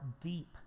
deep